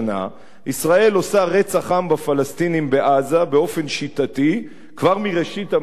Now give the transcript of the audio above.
ישראל עושה רצח עם בפלסטינים בעזה באופן שיטתי כבר מראשית המאה ה-20.